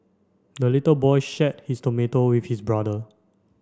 the little boy shared his tomato with his brother